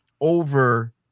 over